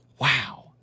Wow